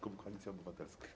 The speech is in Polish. Koalicja Obywatelska.